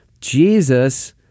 Jesus